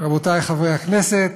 רבותי חברי הכנסת,